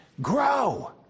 Grow